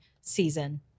season